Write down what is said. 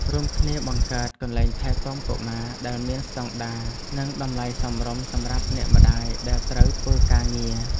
រួមគ្នាបង្កើតកន្លែងថែទាំកុមារដែលមានស្តង់ដារនិងតម្លៃសមរម្យសម្រាប់អ្នកម្តាយដែលត្រូវធ្វើការងារ។